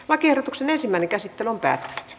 lakiehdotuksen ensimmäinen käsittely päättyi